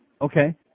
Okay